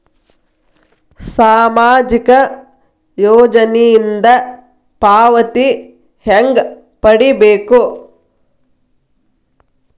ಸಾಮಾಜಿಕ ಯೋಜನಿಯಿಂದ ಪಾವತಿ ಹೆಂಗ್ ಪಡಿಬೇಕು?